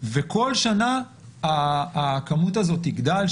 וכל שנה הכמות הזאת תגדל.